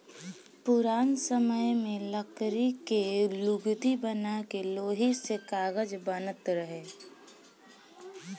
पुरान समय में लकड़ी के लुगदी बना के ओही से कागज बनत रहे